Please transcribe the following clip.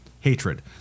Hatred